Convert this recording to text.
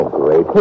great